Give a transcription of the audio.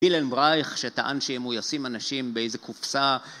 פילנברייך שטען שאם הוא ישים אנשים באיזה קופסה